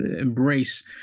embrace